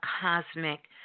cosmic